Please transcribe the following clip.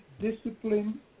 discipline